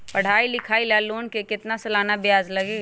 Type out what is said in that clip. पढाई लिखाई ला लोन के कितना सालाना ब्याज लगी?